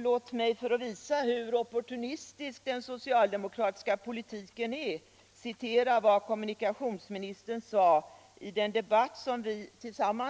Låt mig för att visa hur oportunistisk den socialdemokratiska politiken är citera vad kommunikationsministern sade i den debatt som vi